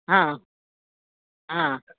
आ आ